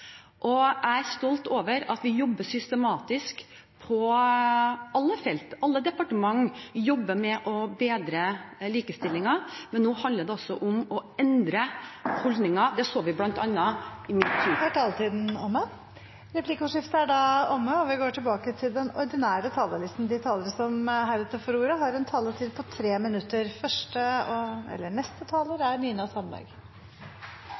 svartmale. Jeg er stolt over at vi jobber systematisk på alle felt. Alle departementer jobber med å bedre likestillingen , men nå handler det også om å endre holdninger. Det så vi bl.a. i forbindelse med meeto Da er taletiden omme. Replikkordskiftet er også omme. De talere som heretter får ordet, har en taletid på inntil 3 minutter. Denne regjeringen prater ofte og